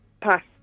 Pass